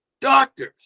doctors